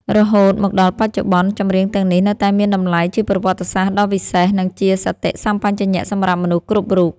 រហូតមកដល់បច្ចុប្បន្ន ចម្រៀងទាំងនេះនៅតែមានតម្លៃជាប្រវត្តិសាស្ត្រដ៏វិសេស និងជាសតិសម្បជញ្ញៈសម្រាប់មនុស្សគ្រប់រូប។